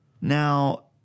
now